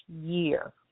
year